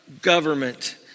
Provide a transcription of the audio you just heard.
government